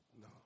No